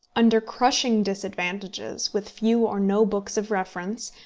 under crushing disadvantages, with few or no books of reference,